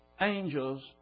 angels